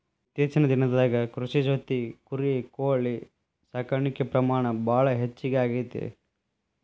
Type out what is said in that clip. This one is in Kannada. ಇತ್ತೇಚಿನ ದಿನದಾಗ ಕೃಷಿ ಜೊತಿ ಕುರಿ, ಕೋಳಿ ಸಾಕಾಣಿಕೆ ಪ್ರಮಾಣ ಭಾಳ ಹೆಚಗಿ ಆಗೆತಿ